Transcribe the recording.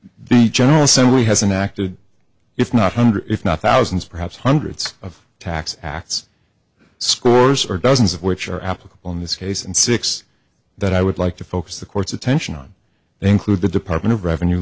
the general assembly has enacted if not hundreds if not thousands perhaps hundreds of tax acts scores or dozens of which are applicable in this case and six that i would like to focus the court's attention on they include the department of revenue